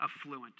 affluent